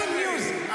זה יהרוס --- אל